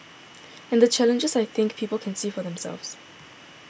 and the challenges I think people can see for themselves